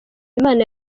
imana